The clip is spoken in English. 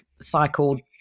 cycled